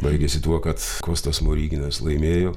baigėsi tuo kad kostas smoriginas laimėjo